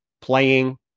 playing